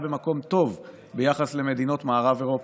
במקום טוב ביחס למדינות מערב אירופה.